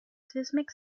seismic